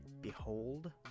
Behold